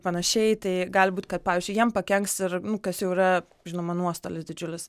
panašiai tai gali būt kad pavyzdžiui jiem pakenks ir kas jau yra žinoma nuostolis didžiulis